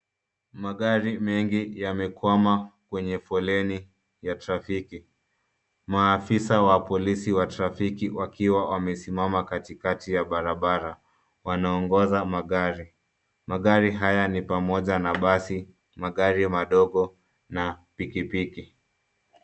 Magari mengi yamekwama kwenye foleni ya trafiki. Maafisa wa polisi wa trafiki wakiwa wamesimama katikati ya barabara, wanaongoza magari. Magari haya ni pamoja na basi, magari madogo, na pikipiki.